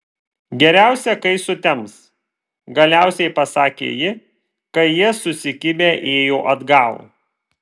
geriausia kai sutems galiausiai pasakė ji kai jie susikibę ėjo atgal